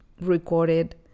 recorded